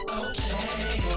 okay